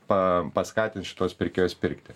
pa paskatins šituos pirkėjus pirkti